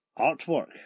artwork